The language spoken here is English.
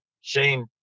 Shane